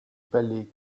palais